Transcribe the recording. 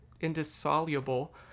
indissoluble